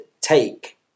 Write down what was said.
take